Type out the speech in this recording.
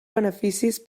beneficis